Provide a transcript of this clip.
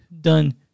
done